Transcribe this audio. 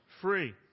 free